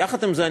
יחד עם זאת,